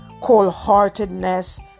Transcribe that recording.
cold-heartedness